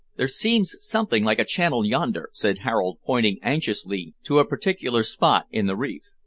there seems something like a channel yonder, said harold, pointing anxiously to a particular spot in the reef.